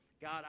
God